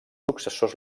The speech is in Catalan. successors